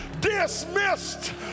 dismissed